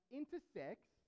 intersects